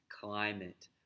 climate